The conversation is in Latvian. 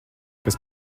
kas